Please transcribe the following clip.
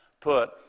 put